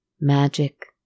magic